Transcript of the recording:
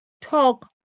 talk